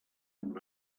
amb